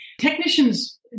technicians